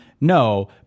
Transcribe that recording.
No